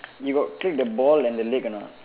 you got click the ball and the leg or not